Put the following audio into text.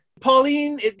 Pauline